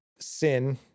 Sin